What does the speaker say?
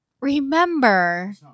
Remember